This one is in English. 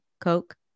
Coke